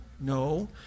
No